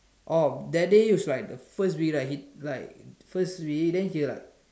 oh that day was like the first week right he like first day then he was like